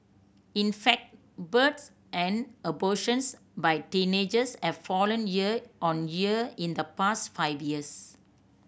in fact births and abortions by teenagers have fallen year on year in the past five years